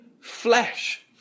flesh